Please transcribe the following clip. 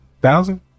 Thousand